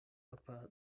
aparte